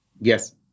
Yes